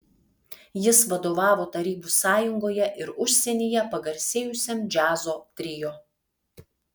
jis vadovavo tarybų sąjungoje ir užsienyje pagarsėjusiam džiazo trio